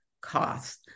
cost